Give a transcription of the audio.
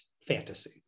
fantasy